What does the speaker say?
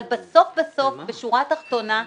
אבל בסוף-בסוף, בשורה התחתונה,